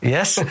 Yes